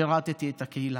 שירתי את הקהילה.